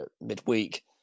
midweek